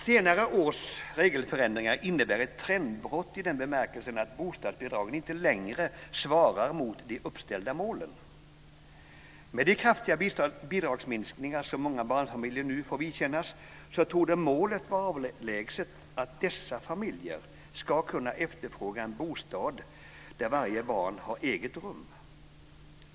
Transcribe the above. Senare års regelförändringar innebär ett trendbrott i den bemärkelsen att bostadsbidragen inte längre svarar mot de uppställda målen. Med de kraftiga bidragsminskningar som många barnfamiljer nu får vidkännas torde målet vara avlägset att dessa familjer ska kunna efterfråga en bostad där varje barn har eget rum.